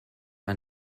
are